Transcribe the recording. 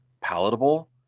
palatable